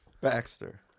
Baxter